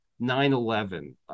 9-11